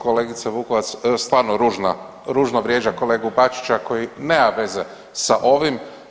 Kolegica Vukovac stvarno ružno vrijeđa kolegu Bačića koji nema veze sa ovim.